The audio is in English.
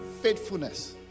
faithfulness